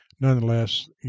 Nonetheless